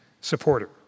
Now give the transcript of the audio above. supporter